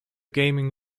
gaming